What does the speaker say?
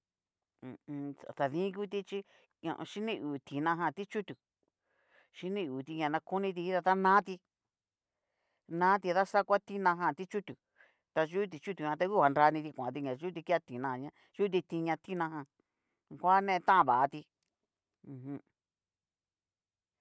Hu u un xadin nguti chí ña xhiniuu tinajan ti'chutu, xhiniuuti ña na koniti no kitijan ta nati, nati daxakua tina jan ti'chutu, ta yu'u ti'chutujan ta ngu nrati kuanti na yuti ke tina ña yuti tinajan koane tan bati ujum.